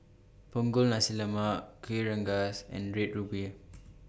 Punggol Nasi Lemak Kueh Rengas and Red Ruby